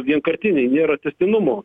vienkartiniai nėra tęstinumo